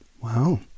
Wow